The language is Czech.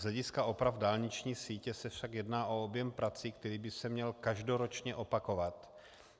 Z hlediska oprav dálniční sítě se však jedná o objem prací, který by se měl každoročně opakovat,